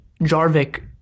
Jarvik